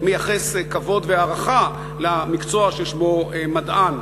מייחס כבוד והערכה למקצוע ששמו מדען.